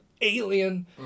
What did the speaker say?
alien